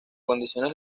condiciones